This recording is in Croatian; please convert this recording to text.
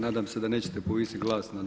Nadam se da nećete povisiti glas